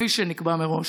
כפי שנקבע מראש.